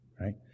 Right